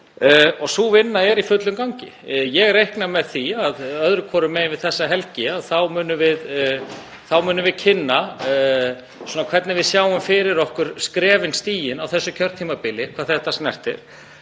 Sú vinna er í fullum gangi. Ég reikna með því að öðrum hvorum megin við þessa helgi munum við kynna hvernig við sjáum fyrir okkur skrefin stigin á þessu kjörtímabili hvað það snertir.